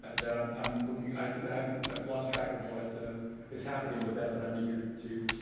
that i'm i'm looking i haven't lost track of what is happening with that but i'm eager to to